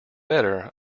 better